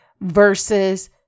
versus